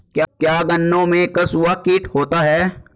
क्या गन्नों में कंसुआ कीट होता है?